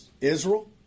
Israel